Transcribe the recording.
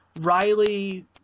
Riley